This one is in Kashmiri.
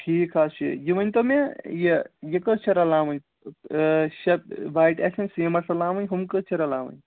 ٹھیٖک حظ چھُ یہِ ؤنۍتو مےٚ یہِ یہِ کٔژ چھِ رَلاوٕنۍ شےٚ باٹہِ آسن سیٖمٮ۪نٛٹ رَلاوٕنۍ ہُم کٔژ چھِ رَلاوٕنۍ